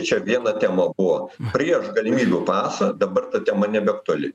čia viena tema buvo prieš galimybių pasą dabar ta tema nebeaktuali